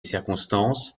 circonstances